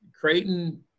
Creighton